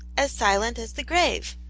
as silent as the grave.